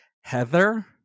Heather